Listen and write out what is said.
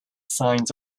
signed